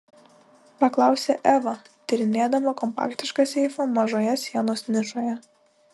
paklausė eva tyrinėdama kompaktišką seifą mažoje sienos nišoje